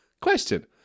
Question